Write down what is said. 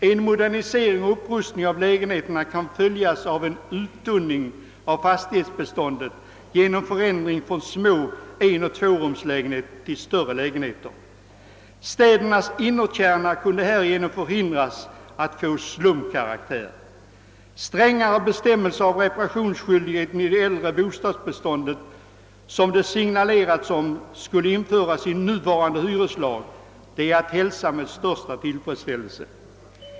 En modernisering och upprustning av lägenheterna kunde följas av en uttunning av fastighetsbeståndet genom förändring av små enoch tvårumslägenheter till större lägenheter. Städernas innerkärnor kunde härigenom förhindras att få slumkaraktär. Strängare bestämmelser om reparationsskyldigheter i det äldre bostadsbeståndet, som det signalerats om, skulle införas i nuvarande hyreslag, vilket är att hälsa med största tillfredsställelse.